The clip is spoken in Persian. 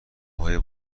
های